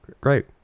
Great